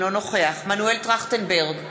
אינו נוכח מנואל טרכטנברג,